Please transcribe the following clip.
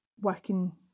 working